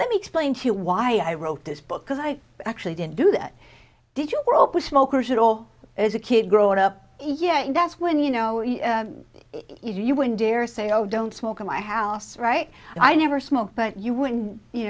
let me explain to you why i wrote this book because i actually didn't do that did you grow up with smokers at all as a kid growing up yeah that's when you know if you were in dare say i don't smoke in my house right i never smoked but you wouldn't you